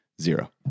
Zero